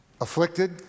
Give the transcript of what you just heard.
Afflicted